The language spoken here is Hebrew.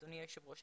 אדוני היושב ראש.